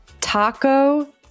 Taco